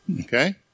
Okay